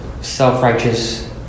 self-righteous